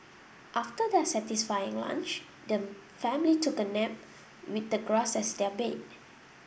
after their satisfying lunch the family took a nap with the grass as their bed